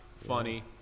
Funny